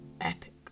epic